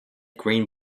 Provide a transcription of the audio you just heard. green